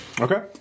Okay